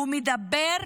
הוא מדבר,